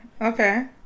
okay